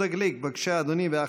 חבר הכנסת יהודה גליק, בבקשה, אדוני.